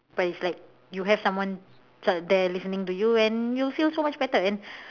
but is like you have someone sort of there listening to you and you'll feel so much better and